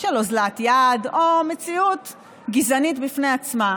של אוזלת יד או מציאות גזענית בפני עצמה